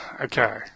Okay